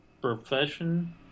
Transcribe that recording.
profession